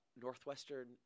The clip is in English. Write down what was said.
Northwestern